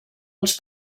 als